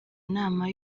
nama